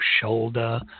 shoulder